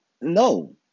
no